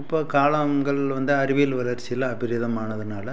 இப்போ காலங்கள் வந்து அறிவியல் வளர்ச்சியில அபரிமிதமானதுனால